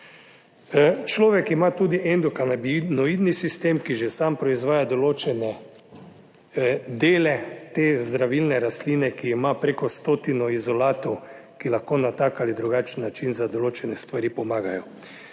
Človek ima tudi endokanabinoidni sistem, ki že sam proizvaja določene dele te zdravilne rastline, ki ima preko stotino izolatov, ki lahko na tak ali drugačen način za določene stvari pomagajo.